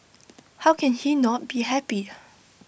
how can he not be happy